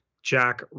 Jack